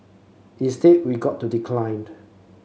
instead we got to decline